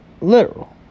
literal